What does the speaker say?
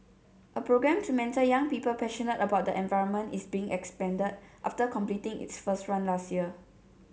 a programme to mentor young people passionate about the environment is being expanded after completing its first run last year